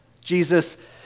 Jesus